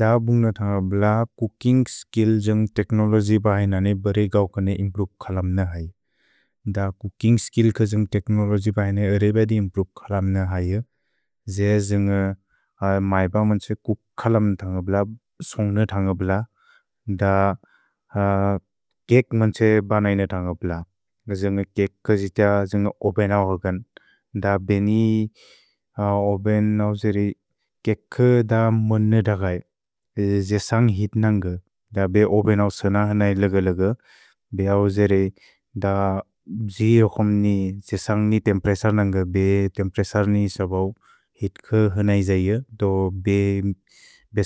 द बुन्ग्न थन्ग ब्ल कुकिन्ग् स्किल् जन्ग् तेक्नोलोजि बहैनने बरेइ गौकने इम्प्रुक् खलम्न है। द कुकिन्ग् स्किल् क जन्ग् तेक्नोलोजि बहैनने अरेबेअदि इम्प्रुक् खलम्न है जो। द्जे जन्ग मैब मन्छे कुखलम्न थन्ग ब्ल, सुन्ग्न थन्ग ब्ल, द केक् मन्छे बहैनने थन्ग ब्ल। द्जे जन्ग केक् क जित्य जन्ग ओबेनओ हौकने। द बेनि ओबेनओ जेरे केक् द मुन्न दगै, द्जे सन्ग् हित्नन्ग, द बे ओबेनओ सुन हनै लग-लग, बे औ जेरे द द्जे जोखम्नि, द्जे सन्ग् नि तेम्प्रेसर् नन्ग, बे तेम्प्रेसर् नि सबौ हित्क हनै जैअ, दो बे